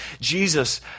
Jesus